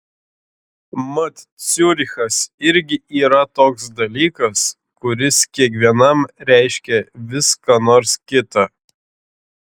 mat ciurichas irgi yra toks dalykas kuris kiekvienam reiškia vis ką nors kita